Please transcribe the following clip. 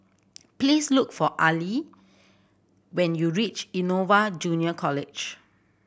please look for Allie when you reach Innova Junior College